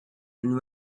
and